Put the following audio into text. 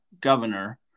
governor